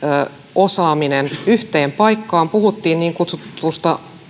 osaaminen yhteen paikkaan puhuttiin niin kutsutusta